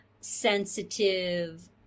sensitive